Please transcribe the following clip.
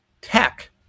tech